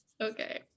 okay